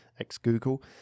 ex-Google